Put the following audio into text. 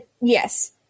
Yes